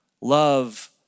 love